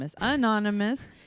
anonymous